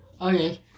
Okay